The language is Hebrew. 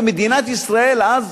ומדינת ישראל אז,